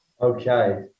Okay